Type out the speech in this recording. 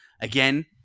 again